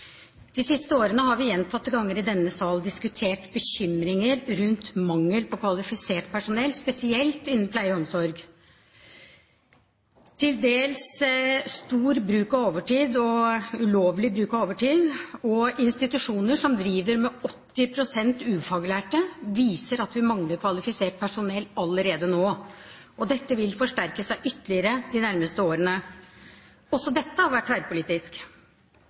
De siste årene har vi gjentatte ganger i denne sal diskutert bekymringer når det gjelder mangel på kvalifisert personell, spesielt innen pleie- og omsorgsområdet. Til dels stor bruk – og ulovlig bruk – av overtid, og institusjoner som drives med 80 pst. ufaglærte, viser at vi mangler kvalifisert personell allerede nå. Dette vil forsterke seg ytterligere de nærmeste årene. Også dette har det vært tverrpolitisk